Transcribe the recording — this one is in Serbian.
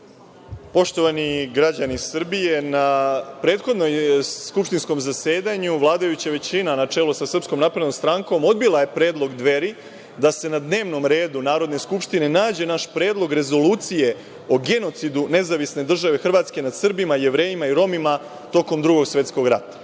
Poštovani građani Srbije, na prethodnom skupštinskom zasedanju vladajuća većina, na čelu sa SNS, odbila je predlog Dveri da se na dnevnom redu Narodne skupštine nađe naš predlog rezolucije o genocidu Nezavisne države Hrvatske nad Srbima, Jevrejima i Romima tokom Drugog svetskog rata.